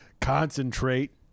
concentrate